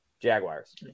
Jaguars